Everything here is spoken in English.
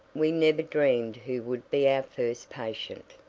we never dreamed who would be our first patient.